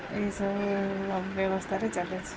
ଏହିସବୁ ବ୍ୟବସ୍ଥାରେ ଚାଲିଛି